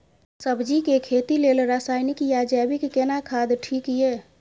सब्जी के खेती लेल रसायनिक या जैविक केना खाद ठीक ये?